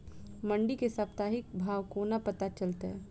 मंडी केँ साप्ताहिक भाव कोना पत्ता चलतै?